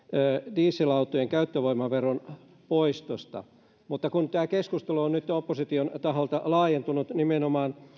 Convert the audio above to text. dieselautojen käyttövoimaveron poistosta mutta tämä keskustelu on nyt opposition taholta laajentunut nimenomaan